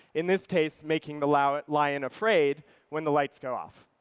in this case making the lion lion afraid when the lights go off.